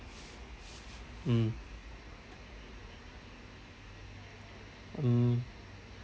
mm mm